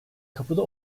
kapıda